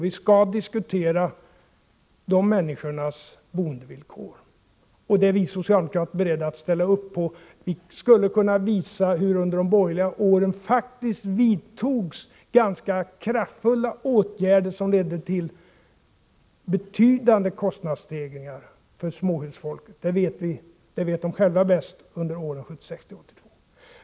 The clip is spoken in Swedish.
Vi skall diskutera människornas boendevillkor. Det är vi socialdemokrater beredda att ställa upp på. Vi skulle kunna visa hur det under de borgerliga åren faktiskt vidtogs ganska kraftfulla åtgärder, som ledde till betydande kostnadsstegringar för småhusfolket under åren 1976-1982. Det vet de själva bäst!